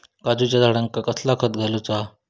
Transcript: काजूच्या झाडांका कसला खत घालूचा?